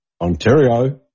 Ontario